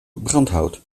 brandhout